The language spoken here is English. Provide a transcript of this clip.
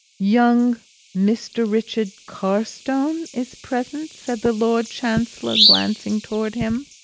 young mr. richard carstone is present? said the lord chancellor, glancing towards him.